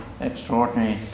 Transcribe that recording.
extraordinary